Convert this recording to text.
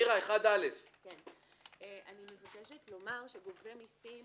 אני מבקשת לומר שגובה מסים